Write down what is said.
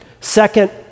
Second